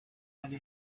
ari